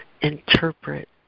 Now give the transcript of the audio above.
interpret